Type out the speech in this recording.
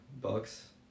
Bucks